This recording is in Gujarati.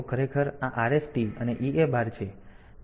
તેથી તેઓ ખરેખર આ RST અને EA બાર છે